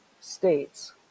States